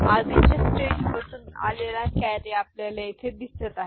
आधीच्या स्टेज मधून आलेला कॅरी आपल्याला येथे दिसत आहे